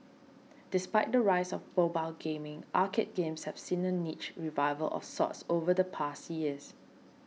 despite the rise of mobile gaming arcade games have seen a niche revival of sorts over the past years